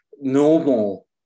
normal